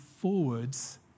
forwards